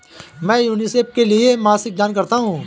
मैं यूनिसेफ के लिए मासिक दान करता हूं